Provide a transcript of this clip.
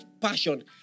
passion